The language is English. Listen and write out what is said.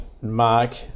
Mark